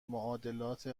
معادلات